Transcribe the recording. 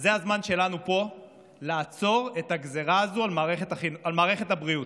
אז זה הזמן שלנו פה לעצור את הגזרה הזאת על מערכת הבריאות.